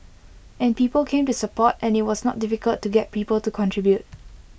and people came to support and IT was not difficult to get people to contribute